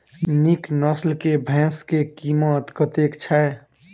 नीक नस्ल केँ भैंस केँ कीमत कतेक छै?